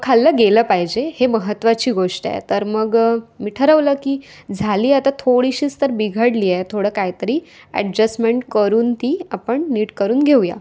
खाल्लं गेलं पाहिजे हे महत्त्वाची गोष्ट आहे तर मग मी ठरवलं की झाली आता थोडीशीच तर बिघडली आहे थोडं काहीतरी ॲडजस्टमेन्ट करून ती आपण नीट करून घेऊया